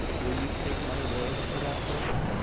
will you take my word for that, mona?